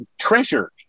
treasure